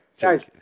Guys